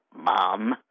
mom